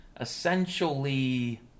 essentially